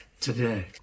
today